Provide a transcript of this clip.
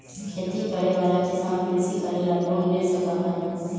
खेती करे वाला किसान कृषि करे ला लोन ले सका हई